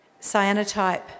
cyanotype